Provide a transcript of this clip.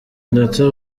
ndetse